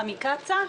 מה, מקצ"א?